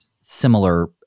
similar